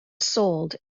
sold